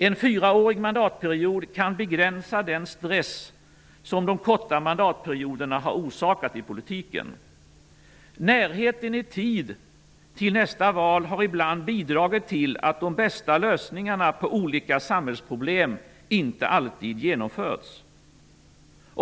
En fyraårig mandatperiod kan begränsa den stress som de korta mandatperioderna har orsakat i politiken. Närheten i tid till nästa val har ibland bidragit till att de bästa lösningarna på olika samhällsproblem inte alltid genomförts.